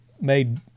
made